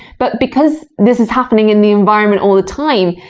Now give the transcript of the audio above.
but because this is happening in the environment all the time,